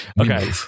okay